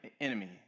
enemy